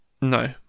No